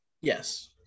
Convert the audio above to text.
Yes